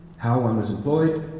how one was employed,